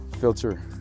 filter